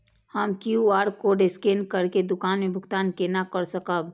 हम QR code scan करके दुकान में भुगतान केना कर सकब?